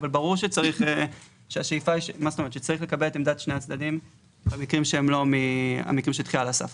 אבל ברור שצריך לקבל את עמדת שני הצדדים במקרים שהם לא של דחייה על הסף.